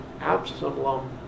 Absalom